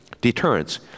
deterrence